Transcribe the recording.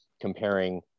comparing